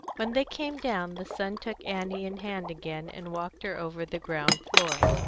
when they came down, the son took annie in hand again and walked her over the ground-floor,